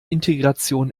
integration